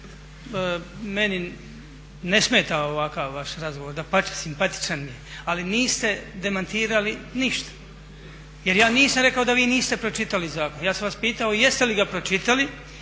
meni ne smeta ovakav vaš razgovor, dapače simpatičan mi je, ali niste demantirali ništa jer ja nisam rekao da vi niste pročitali, ja sam vas pitao jeste li ga pročitali